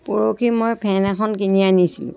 পৰখি মই ফেন এখন কিনি আনিছিলোঁ